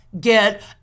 get